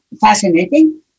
fascinating